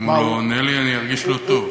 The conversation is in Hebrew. אם הוא לא עונה לי, אני ארגיש לא טוב.